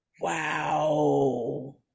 Wow